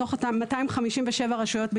מתוך אותן 257 רשויות,